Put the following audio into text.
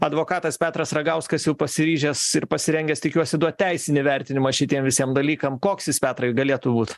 advokatas petras ragauskas jau pasiryžęs ir pasirengęs tikiuosi duot teisinį vertinimą šitiem visiem dalykam koks jis petrai galėtų būt